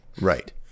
Right